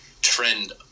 trend